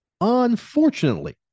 Unfortunately